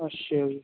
ਅੱਛਾ ਜੀ